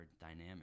dynamic